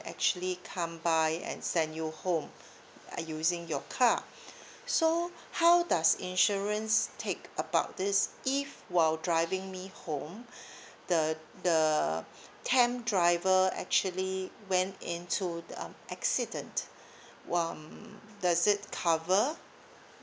actually come by and send you home using your car so how does insurance take about this if while driving me home the the temp driver actually went into the accident what um does it cover